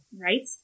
Right